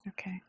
Okay